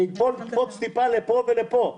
שתקפוץ טיפה לפה ולפה.